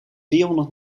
vierhonderd